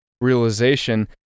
realization